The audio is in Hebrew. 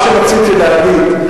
מה שרציתי להגיד,